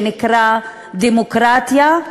שנקרא דמוקרטיה,